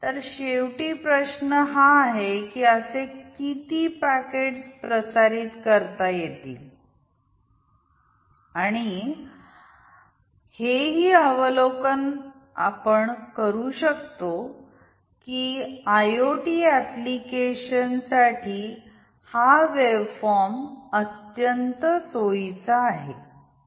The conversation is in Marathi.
तर शेवटी प्रश्न हा आहे की असे किती पॅकेट्स प्रसारित करता येतील आणि हेही अवलोकन आपण करू शकतो की आयओटी एप्लीकेशन साठी हा वेव्ह फॉर्म अत्यंत सोयीचा आहे